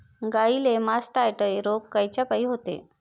गाईले मासटायटय रोग कायच्यापाई होते?